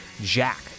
Jack